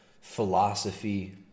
philosophy